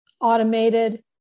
automated